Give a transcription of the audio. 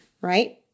Right